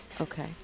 Okay